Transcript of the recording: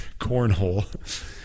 cornhole